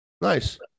Nice